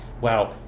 wow